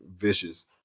Vicious